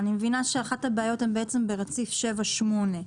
אני מבינה שאחת הבעיות היא ברציף שבע ושמונה,